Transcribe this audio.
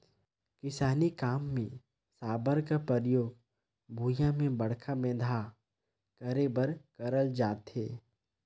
किसानी काम मे साबर कर परियोग भुईया मे बड़खा बेंधा करे बर करल जाथे